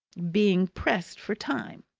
being pressed for time.